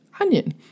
onion